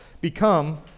become